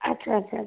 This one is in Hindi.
अच्छा अच्छा अच्छा